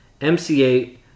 MC8